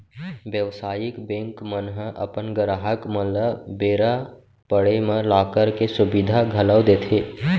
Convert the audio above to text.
बेवसायिक बेंक मन ह अपन गराहक मन ल बेरा पड़े म लॉकर के सुबिधा घलौ देथे